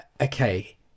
Okay